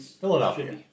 Philadelphia